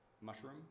mushroom